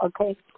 okay